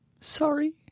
sorry